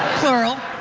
plural.